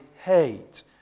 hate